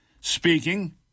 speaking